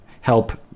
help